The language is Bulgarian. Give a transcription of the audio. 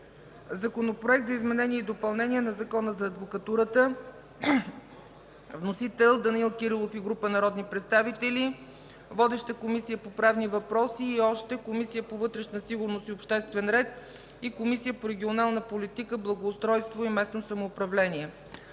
Законопроект за изменение и допълнение на Закона за адвокатурата. Вносители – Данаил Кирилов и група народни представители. Водеща е Комисията по правни въпроси. Разпределен е и на Комисията по вътрешна сигурност и обществен ред и Комисията по регионална политика, благоустройство и местно самоуправление.